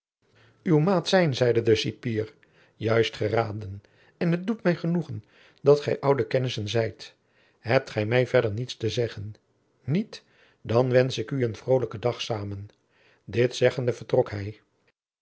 uw maat zijn zeide de cipier juist geraden en het doet mij genoegen dat gij oude kennissen zijt hebt gij mij verder niets te zeggen niet dan wensch ik u een vrolijken dag samen dit zeggende vertrok hij